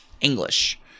English